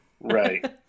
right